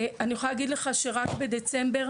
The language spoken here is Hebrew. רק בדצמבר,